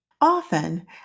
Often